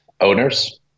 owners